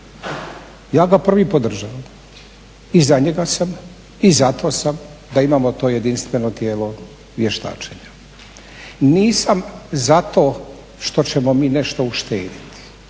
ja ga prvi podržavam i za njega sam i zato sam da imamo to jedinstveno tijelo vještačenja. Nisam zato što ćemo mi nešto uštediti,